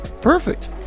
Perfect